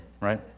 Right